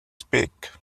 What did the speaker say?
speak